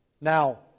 Now